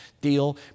deal